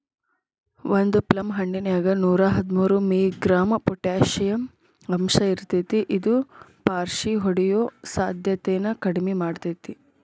ಒಂದು ಪ್ಲಮ್ ಹಣ್ಣಿನ್ಯಾಗ ನೂರಾಹದ್ಮೂರು ಮಿ.ಗ್ರಾಂ ಪೊಟಾಷಿಯಂ ಅಂಶಇರ್ತೇತಿ ಇದು ಪಾರ್ಷಿಹೊಡಿಯೋ ಸಾಧ್ಯತೆನ ಕಡಿಮಿ ಮಾಡ್ತೆತಿ